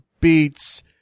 beats